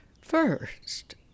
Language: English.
First